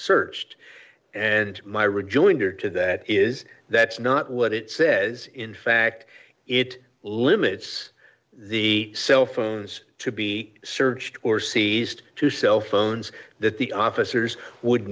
searched and my rejoinder to that is that's not what it says in fact it limits the cell phones to be searched or seized two cell phones that the officers would